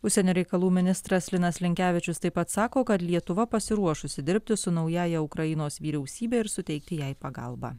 užsienio reikalų ministras linas linkevičius taip pat sako kad lietuva pasiruošusi dirbti su naująja ukrainos vyriausybe ir suteikti jai pagalbą